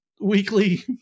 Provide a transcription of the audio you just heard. weekly